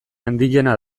handiena